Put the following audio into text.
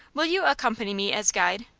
will you accompany me as guide?